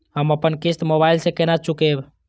हम अपन किस्त मोबाइल से केना चूकेब?